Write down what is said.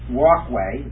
walkway